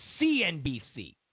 CNBC